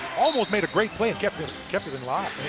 almost made a great play and kept it kept it in line.